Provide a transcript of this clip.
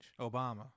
Obama